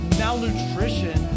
malnutrition